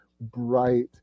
bright